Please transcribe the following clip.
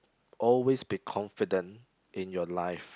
always be confident in your life